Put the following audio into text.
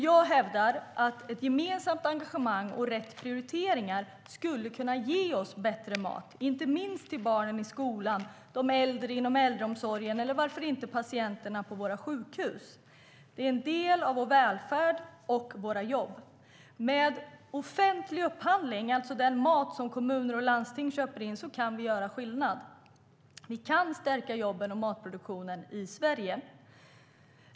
Jag hävdar att ett gemensamt engagemang och rätt prioriteringar skulle kunna ge oss bättre mat inte minst till barnen i skolan, de äldre inom äldreomsorgen och varför inte patienterna på våra sjukhus. Det är en del av vår välfärd och våra jobb. Med offentlig upphandling, det vill säga den mat som kommuner och landsting köper in, kan vi göra skillnad. Vi kan stärka jobben och matproduktionen i Sverige.